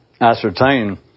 ascertain